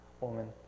woman